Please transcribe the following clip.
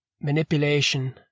manipulation